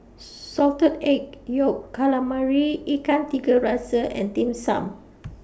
Salted Egg Yolk Calamari Ikan Tiga Rasa and Dim Sum